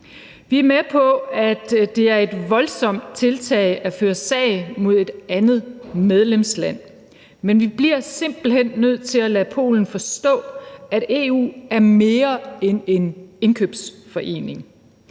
Vi er med på, at det er et voldsomt tiltag at føre sag mod et andet medlemsland, men vi bliver simpelt hen nødt til at lade Polen forstå, at EU er mere end en indkøbsforening.